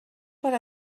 per